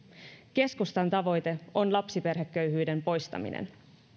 keskustan tavoite on lapsiperheköyhyyden poistaminen